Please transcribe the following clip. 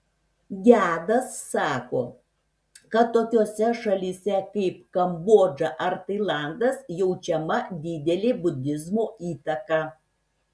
gedas sako kad tokiose šalyse kaip kambodža ar tailandas jaučiama didelė budizmo įtaka